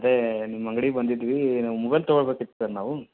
ಅದೇ ನಿಮ್ಮ ಅಂಗ್ಡಿಗೆ ಬಂದಿದ್ವಿ ನಮ್ಗೆ ಮೊಬೈಲ್ ತಗೋಬೇಕಿತ್ತು ಸರ್ ನಾವು